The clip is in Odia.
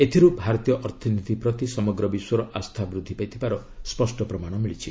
ଏଥିରୁ ଭାରତୀୟ ଅର୍ଥନୀତି ପ୍ରତି ସମଗ୍ର ବିଶ୍ୱର ଆସ୍ଥା ବୃଦ୍ଧି ପାଇଥିବାର ସ୍ୱଷ୍ଟ ପ୍ରମାଣ ମିଳିଛି